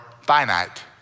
finite